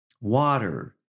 Water